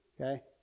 okay